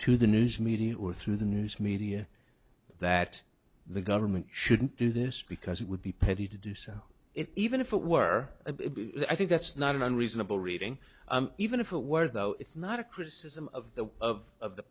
to the news media or through the news media that the government shouldn't do this because it would be petty to do so if even if it were i think that's not an unreasonable reading even if it were though it's not a criticism of the of